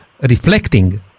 reflecting